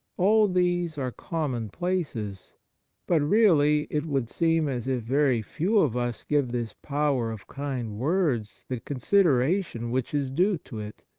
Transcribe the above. all these are commonplaces but really it would seem as if very few of us give this power of kind words the consideration which is due to it.